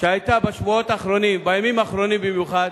שהיתה בשבועות האחרונים, בימים האחרונים במיוחד,